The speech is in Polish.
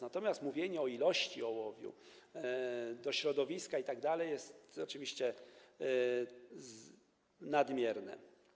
Natomiast mówienie o ilości ołowiu w środowisku itd. jest oczywiście przesadą.